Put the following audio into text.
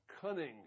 cunning